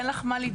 אין לי מה לדאוג,